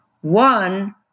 One